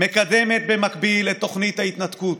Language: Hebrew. מקדמת במקביל את תוכנית ההתנתקות,